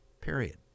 Period